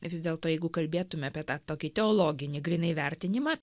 vis dėlto jeigu kalbėtume apie tą tokį teologinį grynai vertinimą